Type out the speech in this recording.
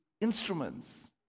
instruments